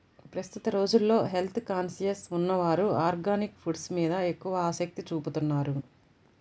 ప్రస్తుత రోజుల్లో health conscious ఉన్నవారు ఆర్గానిక్ ఫుడ్స్ మీద ఎక్కువ ఆసక్తి చూపుతున్నారు